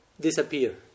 disappear